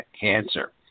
cancer